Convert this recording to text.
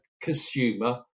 consumer